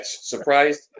Surprised